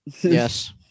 Yes